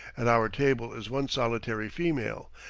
at our table is one solitary female,